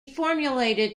formulated